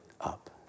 up